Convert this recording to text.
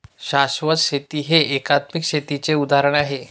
शाश्वत शेती हे एकात्मिक शेतीचे उदाहरण आहे